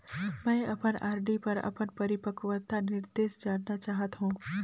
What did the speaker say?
मैं अपन आर.डी पर अपन परिपक्वता निर्देश जानना चाहत हों